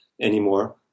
anymore